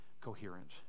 coherent